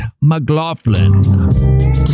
McLaughlin